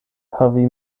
havi